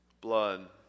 Blood